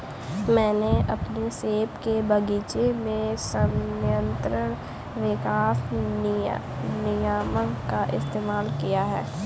मैंने अपने सेब के बगीचे में संयंत्र विकास नियामक का इस्तेमाल किया है